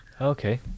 Okay